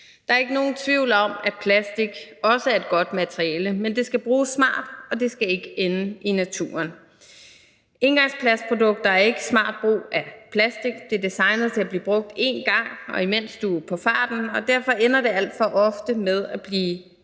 Der er ikke nogen tvivl om, at plastik også er et godt materiale, men det skal bruges smart, og det skal ikke ende i naturen. Engangsplastprodukter er ikke smart brug af plastik. De er designet til at blive brugt én gang, og imens du er på farten, og derfor ender de alt for ofte med at blive